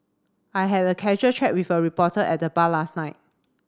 I had a casual chat with a reporter at the bar last night